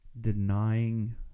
denying